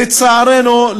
לצערנו,